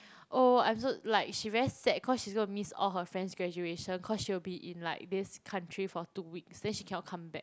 oh I'm also like she very sad cause she's going to miss all her friend's graduation cause she will be in like this country for two weeks then she cannot come back